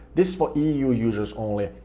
this is for eu users only,